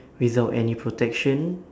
without any protection